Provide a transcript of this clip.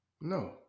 No